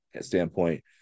standpoint